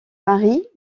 marie